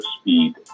speed